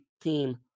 team